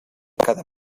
cada